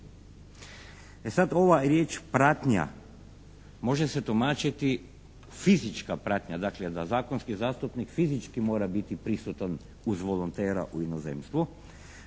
E sad, ova riječ "pratnja" može se tumačiti fizička pratnja. Dakle, da zakonski zastupnik fizički mora biti prisutan uz volontera u inozemstvu